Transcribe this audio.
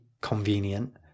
convenient